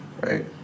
Right